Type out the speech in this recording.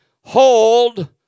hold